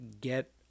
get